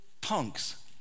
punks